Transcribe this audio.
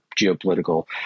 geopolitical